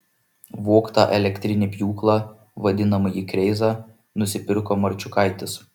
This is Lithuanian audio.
vogtą elektrinį pjūklą vadinamąjį kreizą nusipirko marčiukaitis